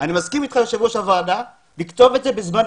אני מסכים אתך היושב ראש לקצוב את זה בזמן.